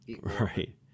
Right